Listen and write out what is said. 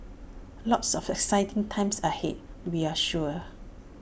lots of exciting times ahead we're sure